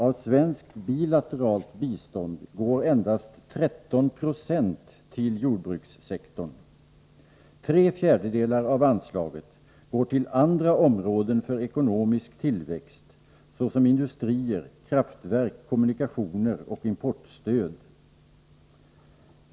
Av svenskt bilateralt bistånd går endast 13 4 till jordbrukssektorn. Tre fjärdedelar av anslaget går till andra områden för ekonomisk tillväxt, såsom industrier, kraftverk, kommunikation och importstöd.